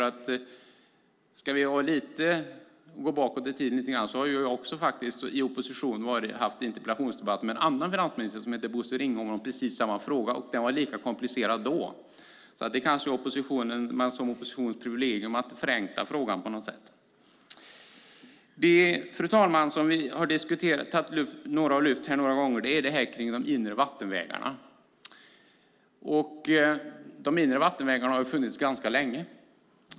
Om man går bakåt i tiden lite grann har jag när vi var i opposition haft interpellationsdebatter med en finansminister som hette Bosse Ringholm om precis samma fråga, och den var lika komplicerad då. Det kanske är oppositionens privilegium att förenkla frågan på något sätt. Fru talman! En fråga som några har tagit upp här är de inre vattenvägarna. De inre vattenvägarna har funnits ganska länge.